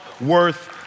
worth